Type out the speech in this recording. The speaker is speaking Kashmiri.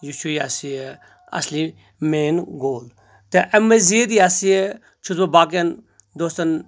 یہِ چھُ یہ سا یہِ اصلی مین گول تہٕ امہِ مزید یہ سا یہ چھُس بہٕ باقٕین دوستن